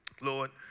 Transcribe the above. Lord